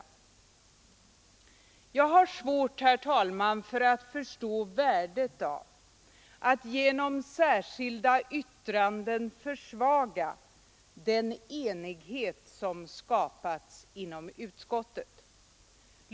Jag har svårt, herr talman, att förstå värdet av att genom särskilda yttranden söka försvaga den enighet som skapats inom utskottet.